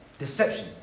deception